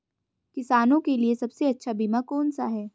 किसानों के लिए सबसे अच्छा बीमा कौन सा है?